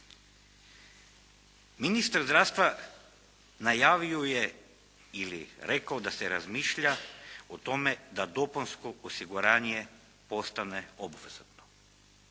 Ministar zdravstva najavio je ili rekao da se razmišlja o tome da dopunsko osiguranje postane obvezatno.